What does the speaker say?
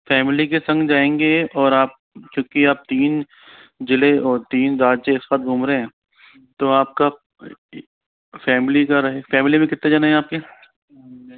family के संग जाएंगे और आप क्योंकि आप तीन ज़िले और तीन राज्य एक साथ घूम रहे हैं तो आपका फैमिली का रहेगा फैमिली में कितने जने हैं आपके